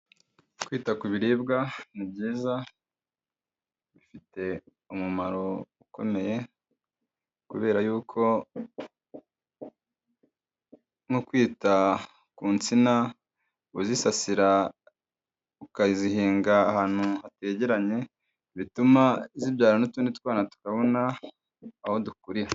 Kwita ku biribwa ni byiza bifite umumaro ukomeye, kubera yuko no kwita ku nsina uzisasira, ukazihinga ahantu hategeranye, bituma zibyara n'utundi twana tukabona aho dukurira.